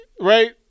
right